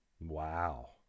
Wow